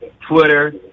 Twitter